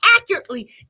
accurately